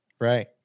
Right